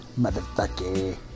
motherfucker